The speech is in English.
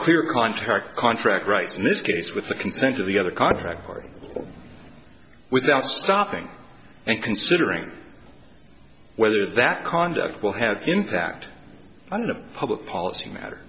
clear contract contract rights in this case with the consent of the other contract party without stopping and considering whether that conduct will have impact on public policy matter